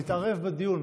להתערב בדיון,